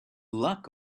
luck